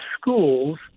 schools